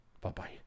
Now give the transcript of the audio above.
Bye-bye